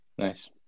Nice